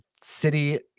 city